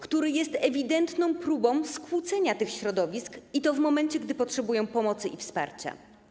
który jest ewidentną próbą skłócenia tych środowisk, i to w momencie gdy potrzebują pomocy i wsparcia.